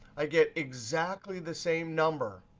i get exactly the same number.